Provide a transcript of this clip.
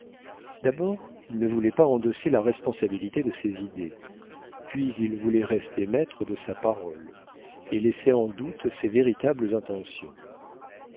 d'abord il ne voulait pas endosser la responsabilité de ses idées puis il voulait rester maître de sa parole et laisser en doute ses véritables intentions